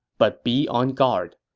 but be on guard.